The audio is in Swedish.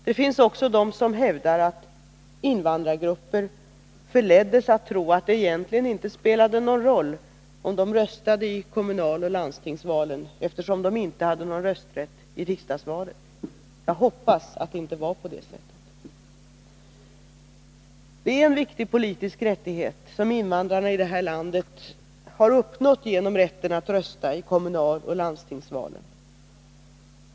Det finns också de som hävdar att invandrargrupper förleddes att tro att det egentligen inte spelade någon roll om de röstade i kommunaloch landstingsvalen, eftersom de inte hade någon rösträtt i riksdagsvalet. Jag hoppas att det inte var på det sättet. Det är en viktig politisk rättighet som invandrarna i det här landet har uppnått genom rätten att rösta i kommunaloch landstingsvalen.